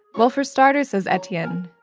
well, for starters, says etienne,